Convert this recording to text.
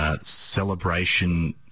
celebration